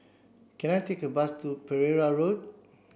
can I take a bus to Pereira Road